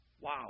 Wow